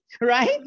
right